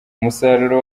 umusaruro